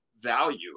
value